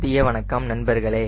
மதிய வணக்கம் நண்பர்களே